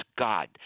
God